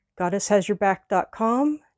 goddesshasyourback.com